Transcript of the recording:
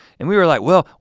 and we were like, well,